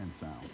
sound